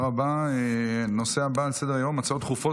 אני מודיע שהצעת חוק הפיקוח על שירותים פיננסיים (קופות